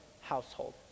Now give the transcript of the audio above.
household